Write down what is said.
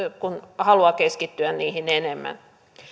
kun haluaa keskittyä niihin enemmän